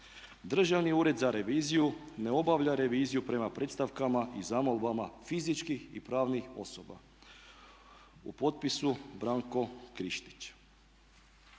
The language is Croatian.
Državni ured za reviziju ne obavlja reviziju prema predstavkama i zamolbama fizičkih i pravnih osoba. U potpisu Branko Krištić.